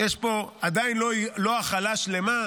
יש פה, זו עדיין לא החלה שלמה,